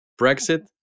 Brexit